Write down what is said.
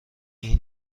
این